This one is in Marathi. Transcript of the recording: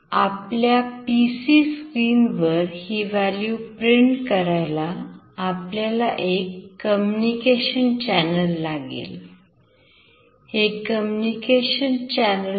आपल्या संगणकाच्या स्क्रीनवर ही value प्रिंट करायला आपल्याला एक कम्युनिकेशन चैनल लागेल